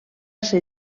ser